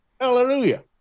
Hallelujah